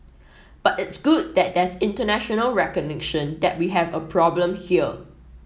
but it's good that there's international recognition that we have a problem here